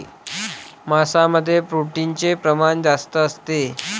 मांसामध्ये प्रोटीनचे प्रमाण जास्त असते